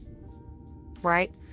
Right